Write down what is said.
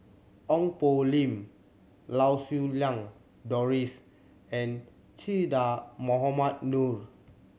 Ong Poh Lim Lau Siew Lang Doris and Che Dah Mohamed Noor